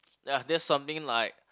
ya that's something like